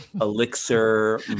elixir